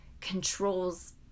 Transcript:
controls